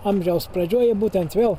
amžiaus pradžioje būtent vėl